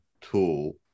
tool